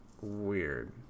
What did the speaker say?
weird